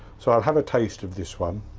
so i'll have a taste of this one.